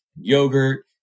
yogurt